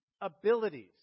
abilities